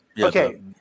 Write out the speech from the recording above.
Okay